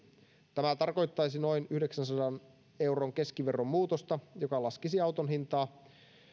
tämä tarkoittaisi noin yhdeksänsadan euron keskiverron muutosta joka laskisi auton hintaa